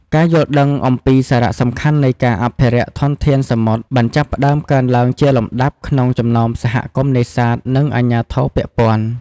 ការយល់ដឹងអំពីសារៈសំខាន់នៃការអភិរក្សធនធានសមុទ្របានចាប់ផ្តើមកើនឡើងជាលំដាប់ក្នុងចំណោមសហគមន៍នេសាទ និងអាជ្ញាធរពាក់ព័ន្ធ។